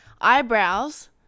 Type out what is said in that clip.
eyebrows